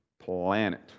planet